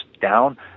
down